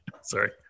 Sorry